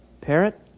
Parrot